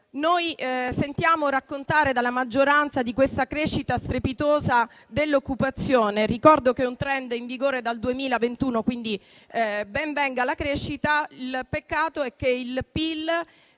noi sentiamo raccontare dalla maggioranza di questa crescita strepitosa dell'occupazione. Ricordo che è un *trend* in vigore dal 2021, quindi ben venga la crescita. Peccato che il PIL